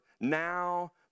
now